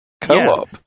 co-op